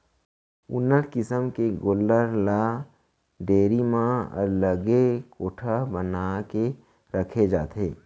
उन्नत किसम के गोल्लर ल डेयरी म अलगे कोठा बना के रखे जाथे